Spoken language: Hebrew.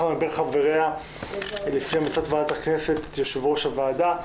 מבין חבריה לפי המלצת ועדת הכנסת את יושב-ראש הוועדה".